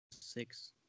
six